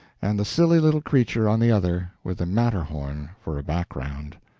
and the silly little creature on the other, with the matterhorn for a background.